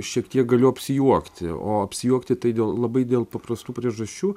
šiek tiek galiu apsijuokti o apsijuokti tai dėl labai dėl paprastų priežasčių